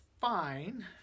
fine